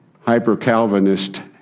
hyper-Calvinist